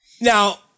now